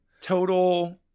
total